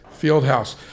Fieldhouse